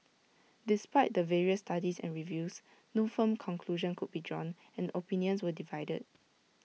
despite the various studies and reviews no firm conclusion could be drawn and opinions were divided